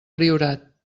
priorat